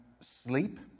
sleep